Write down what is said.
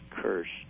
cursed